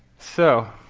so